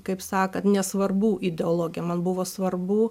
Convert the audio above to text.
kaip sakant nesvarbu ideologija man buvo svarbu